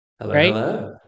Hello